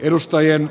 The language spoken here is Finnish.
edustajien